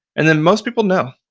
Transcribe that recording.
and then most people know.